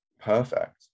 perfect